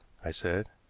i said.